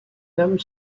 comme